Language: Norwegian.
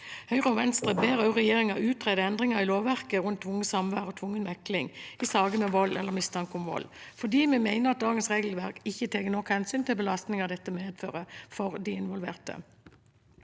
Høyre og Venstre ber også regjeringen utrede endringer i lovverket rundt tvungent samvær og tvungen mekling i saker med vold eller mistanke om vold, for vi mener at dagens regelverk ikke tar nok hensyn til belast ningen dette medfører for de involverte.